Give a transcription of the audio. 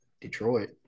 Detroit